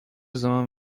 zaman